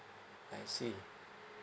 I see